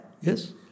Yes